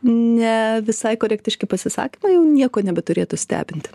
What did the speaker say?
ne visai korektiški pasisakymai jau nieko nebeturėtų stebinti